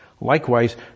Likewise